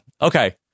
Okay